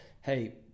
Hey